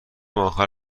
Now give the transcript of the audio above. اخر